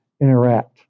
interact